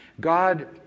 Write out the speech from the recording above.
God